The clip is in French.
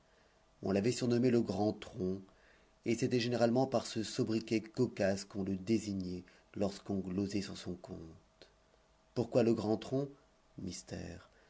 on l'avait surnommé le grand tronc et c'était généralement par ce sobriquet cocasse qu'on le désignait lorsqu'on glosait sur son compte pourquoi le grand tronc mystère